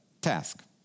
task